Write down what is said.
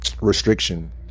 restriction